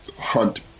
hunt